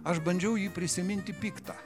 aš bandžiau jį prisiminti piktą